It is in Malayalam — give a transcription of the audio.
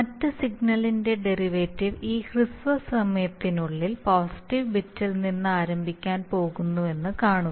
മറ്റ് സിഗ്നലിന്റെ ഡെറിവേറ്റീവ് ഈ ഹ്രസ്വ സമയത്തിനുള്ളിൽ പോസിറ്റീവ് ബിറ്റിൽ നിന്ന് ആരംഭിക്കാൻ പോകുന്നുവെന്ന് കാണുക